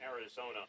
Arizona